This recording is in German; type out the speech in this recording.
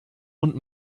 und